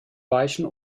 weichen